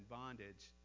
bondage